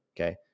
okay